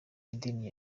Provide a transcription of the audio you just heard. idini